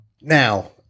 Now